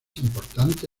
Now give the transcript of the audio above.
importante